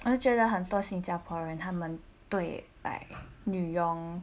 我就觉得很多新加坡人他们对 like 女女佣